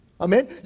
Amen